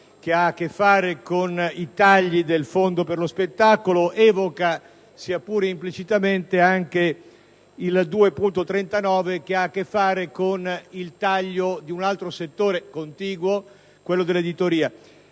che ha a che fare con i tagli del Fondo per lo spettacolo ed evoca, sia pure implicitamente, il 2.39, che concerne il taglio di un altro settore contiguo, quello dell'editoria.